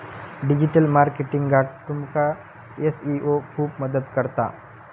digital मार्केटिंगाक तुमका SEO खूप मदत करता